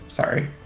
Sorry